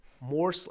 more